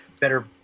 better